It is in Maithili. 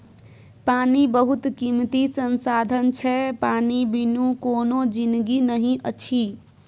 पानि बहुत कीमती संसाधन छै पानि बिनु कोनो जिनगी नहि अछि